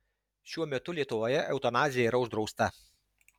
šiuo metu lietuvoje eutanazija yra uždrausta